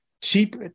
cheap